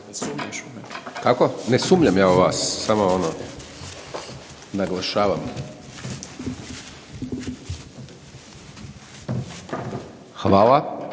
Ne sumnjam ja u vas, samo ono, naglašavam. Hvala.